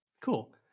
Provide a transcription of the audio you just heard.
cool